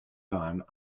time